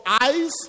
eyes